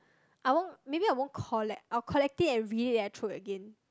I won't maybe I won't collect I will collect it and read it then I'll throw it again